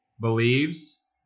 believes